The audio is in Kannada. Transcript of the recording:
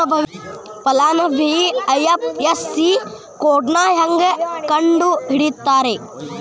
ಫಲಾನುಭವಿ ಐ.ಎಫ್.ಎಸ್.ಸಿ ಕೋಡ್ನಾ ಹೆಂಗ ಕಂಡಹಿಡಿತಾರಾ